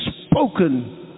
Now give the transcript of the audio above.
spoken